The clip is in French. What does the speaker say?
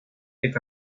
est